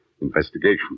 investigation